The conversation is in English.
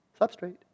substrate